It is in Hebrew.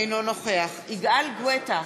אינו נוכח יגאל גואטה,